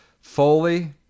Foley